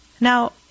now